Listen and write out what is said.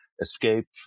escape